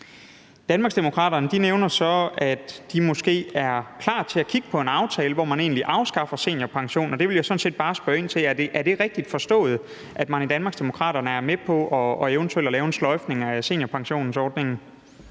Danmarksdemokraterne nævner så, at de måske er klar til at kigge på en aftale, hvor man egentlig afskaffer seniorpensionen. Det vil jeg sådan set bare spørge ind til. Er det rigtigt forstået, at man i Danmarksdemokraterne er med på eventuelt at lave en sløjfning af seniorpensionsordningen?